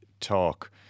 talk